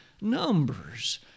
Numbers